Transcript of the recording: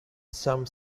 some